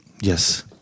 Yes